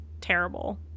terrible